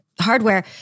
hardware